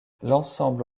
l’ensemble